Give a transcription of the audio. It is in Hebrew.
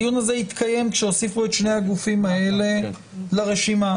הדיון הזה התקיים כשהוסיפו את שני הגופים האלה לרשימה.